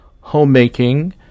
homemaking